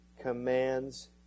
commands